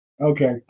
Okay